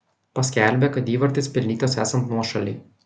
paskelbė kad įvartis pelnytas esant nuošalei